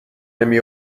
نمی